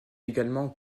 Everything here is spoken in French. également